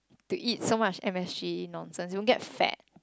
to eat so much M_S_G nonsense you will get fat